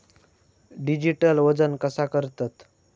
Digital वजन कसा करतत?